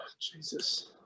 Jesus